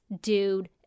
dude